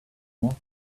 more